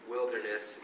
wilderness